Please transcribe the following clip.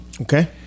Okay